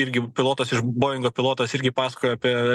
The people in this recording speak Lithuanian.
irgi pilotas iš boingo pilotas irgi pasakojo apie